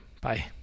Bye